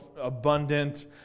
abundant